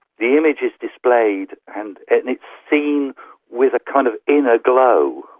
the image is displayed and it's seen with a kind of inner glow.